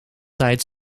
tijd